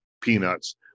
peanuts